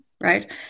Right